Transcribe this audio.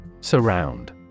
surround